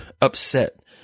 upset